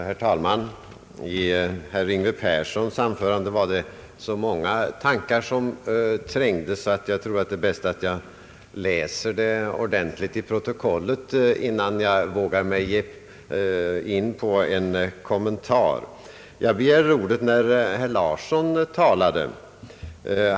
Herr talman! I herr Yngve Perssons anförande var det så många tankar som trängdes att det är bäst att jag läser ordentligt i protokollet innan jag vågar ge mig in på någon kommentar. Jag begärde ordet när herr Åke Larsson talade.